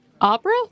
Opera